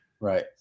Right